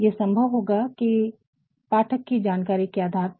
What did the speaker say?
ये संभव होगा पाठक की जानकारी के आधार पर